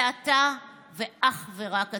זה אתה ואך ורק אתה.